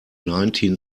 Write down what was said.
nineteen